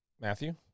Matthew